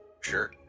Sure